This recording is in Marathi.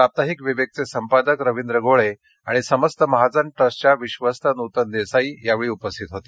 साप्ताहिक विवेकचे संपादक रवींद्र गोळे आणि समस्त महाजन ट्रस्टच्या विश्वस्त नूतन देसाई यावेळी उपस्थित होते